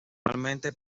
normalmente